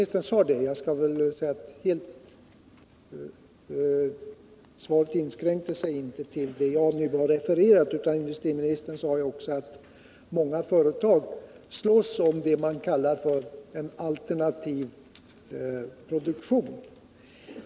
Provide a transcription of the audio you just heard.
Svaret inskränkte sig inte till det jag nu har refererat, utan industriministern sade också att många företag slåss om det man kallar en alternativ produktion.